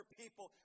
people